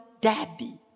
daddy